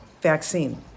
vaccine